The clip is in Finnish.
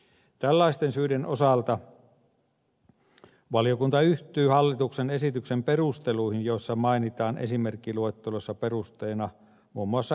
tällaisten syiden osalta valiokunta yhtyy hallituksen esityksen perusteluihin joissa mainitaan esimerkkiluettelossa perusteena muun muassa henkilön liikuntarajoitteisuus